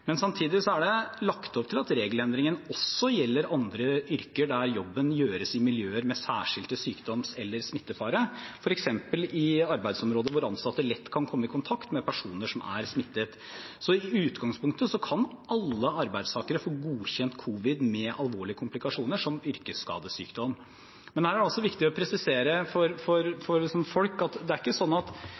er det lagt opp til at regelendringen også gjelder andre yrker der jobben gjøres i miljøer med særskilt sykdoms- eller smittefare, f.eks. i arbeidsområder hvor ansatte lett kan komme i kontakt med personer som er smittet. I utgangspunktet kan alle arbeidstakere få godkjent covid-19 med alvorlige komplikasjoner som yrkesskadesykdom. Men her er det viktig å presisere for folk at yrkesskadeerstatningen har aldri vært lagt opp sånn, og det er den heller ikke automatisk for covid-19, at